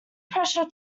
pressure